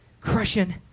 Crushing